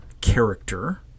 character